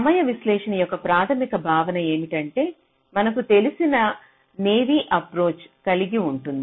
సమయ విశ్లేషణ యొక్క ప్రాథమిక భావన ఏమిటంటే మనకు తెలిసిన నేవీ అప్రోచ్ కలిగి ఉంటుంది